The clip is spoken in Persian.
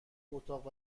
اتاق